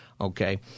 Okay